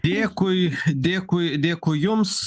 dėkui dėkui dėkui jums